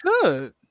Good